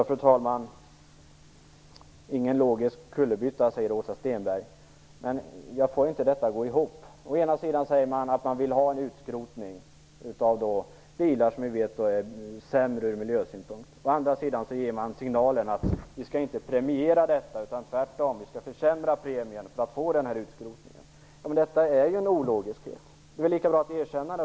Fru talman! Det är ingen logisk kullerbytta, säger Åsa Stenberg. Men jag får inte detta att gå ihop. Å ena sidan säger man att man vill ha en utskrotning av bilar som man vet är sämre ur miljösynpunkt. Å andra sidan ger man signalen att detta inte skall premieras, utan att man tvärtom skall försämra premierna för denna utskrotning. Detta är en ologiskhet. Det är väl lika bra att erkänna det.